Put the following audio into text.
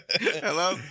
Hello